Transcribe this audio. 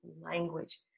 language